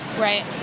Right